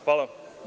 Hvala.